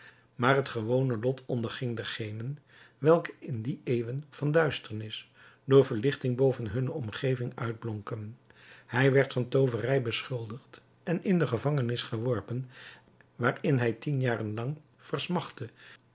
maar het gewone lot onderging dergenen welke in die eeuwen van duisternis door verlichting boven hunne omgeving uitblonken hij werd van tooverij beschuldigd en in de gevangenis geworpen waarin hij tien jaren lang